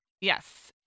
Yes